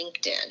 LinkedIn